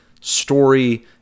story